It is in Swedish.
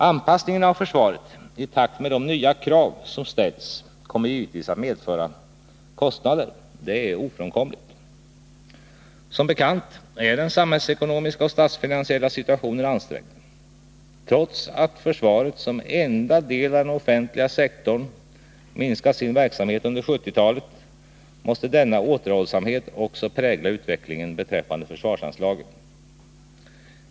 Anpassningen av försvaret i takt med de nya krav som ställs kommer givetvis att medföra kostnader — det är ofrånkomligt. Som bekant är den samhällsekonomiska och statsfinansiella situationen ansträngd. Trots att försvaret som enda del av den offentliga sektorn minskat sin verksamhet under 1970-talet måste denna återhållsamhet också prägla utvecklingen beträffande försvarsanslagen.